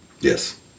Yes